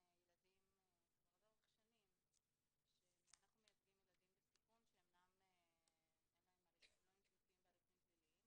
כבר לאורך שנים אנחנו מייצגים ילדים בסיכון שנמצאים בהליכים פליליים,